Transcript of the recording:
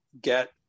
get